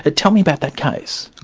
ah tell me about that case.